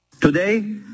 Today